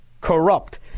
corrupt